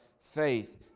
faith